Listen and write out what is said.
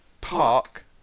Park